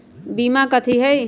बीमा कथी है?